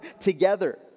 together